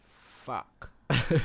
fuck